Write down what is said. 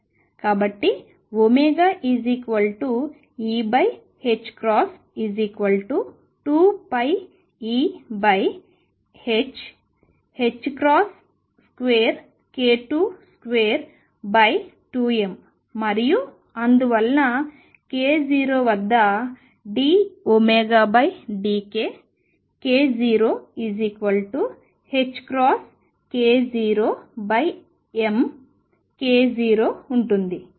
కాబట్టి E 2πEh 2k22m మరియు అందువలన k0 వద్ద dωdk k0 k0m|k0 ఉంటుంది